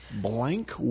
Blank